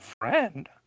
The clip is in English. Friend